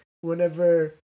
whenever